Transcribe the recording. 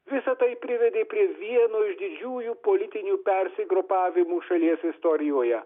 visa tai privedė prie vieno iš didžiųjų politinių persigrupavimų šalies istorijoje